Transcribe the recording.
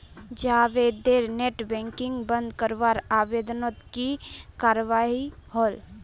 जावेदेर net banking बंद करवार आवेदनोत की कार्यवाही होल?